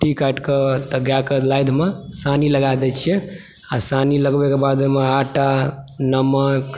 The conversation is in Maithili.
कुट्टी काटि कऽ तऽ गायके नादमे सानी लगा दै छियै आ सानी लगबैके बाद ओहिमे आटा नमक